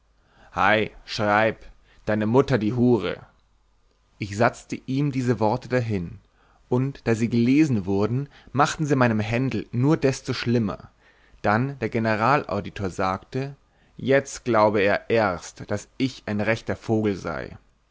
hei schreib deine mutter die hure ich satzte ihm diese wort dahin und da sie gelesen wurden machten sie meinen handel nur desto schlimmer dann der generalauditor sagte jetzt glaube er erst daß ich ein rechter vogel sei